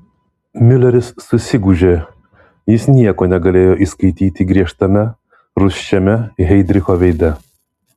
miuleris susigūžė jis nieko negalėjo įskaityti griežtame rūsčiame heidricho veide